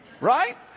Right